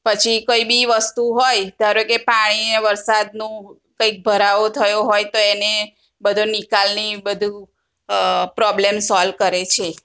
પછી કોઇ બી વસ્તુ હોય ધારોકે પાણી વરસાદનું કંઈક ભરાવો થયો હોય તો એને બધો નિકાલની બધું પ્રોબ્લેમ સોલ કરે છે